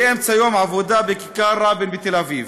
באמצע יום עבודה בכיכר רבין בתל-אביב.